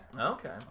Okay